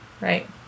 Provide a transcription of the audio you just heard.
right